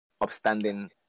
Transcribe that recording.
upstanding